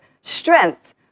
strength